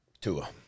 Tua